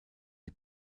die